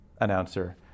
announcer